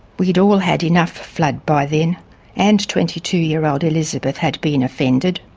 we'd all had enough flood by then and twenty two year old elizabeth had been offended.